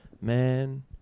man